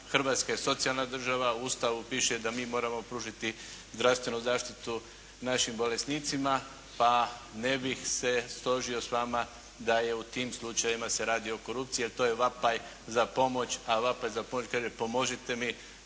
Hrvatska je socijalna država, u Ustavu piše da mi moramo pružiti zdravstvenu zaštitu našim bolesnicima pa ne bih se složio s vama da u tim slučajevima se radi o korupciji, jer to je vapaj za pomoć, a vapaj za pomoć kaže pomozite mi,